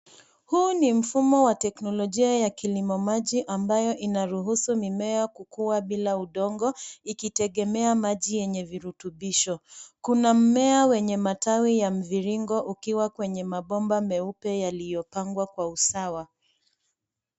Huu ni mfumo wa teknolojia ya kilimo maji ambayo inaruhusu mimea kukua bila udongo ikitegemea maji yenye virutubisho. Kuna mmea wenye matawi ya mviringo ukiwa kwenye mabomba meupe yaliyopangwa kwa usawa.